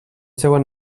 segon